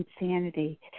insanity